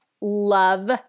love